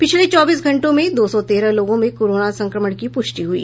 पिछले चौबीस घंटों में दो सौ तेरह लोगों में कोरोना संक्रमण की पुष्टि हुई